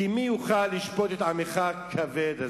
כי מי יוכל לשפוט את עמך הכבד הזה.